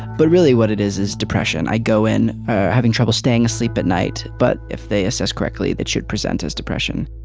but really what it is is depression. i go in having trouble staying sleep at night but if they assessed correctly that should present us depression